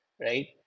Right